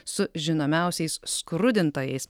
su žinomiausiais skrudintojais